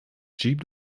jeep